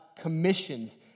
commissions